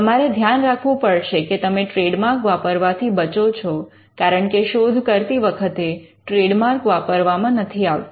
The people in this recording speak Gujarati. તમારે ધ્યાન રાખવું પડશે કે તમે ટ્રેડમાર્ક વાપરવાથી બચો છો કારણકે શોધ કરતી વખતે ટ્રેડમાર્ક વાપરવામાં નથી આવતા